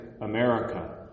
America